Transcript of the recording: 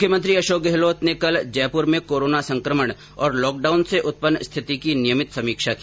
मुख्यमंत्री अशोक गहलोत ने कल जयपुर में कोरोना संक्रमण और लॉकडाउन से उत्पन्न स्थिति की नियमित समीक्षा की